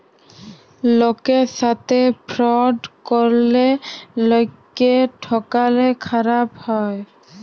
লকের সাথে ফ্রড ক্যরলে লকক্যে ঠকালে খারাপ হ্যায়